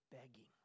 begging